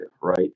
right